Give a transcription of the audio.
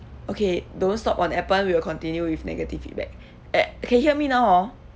okay don't stop on Appen we'll continue with negative feedback eh can hear me now hor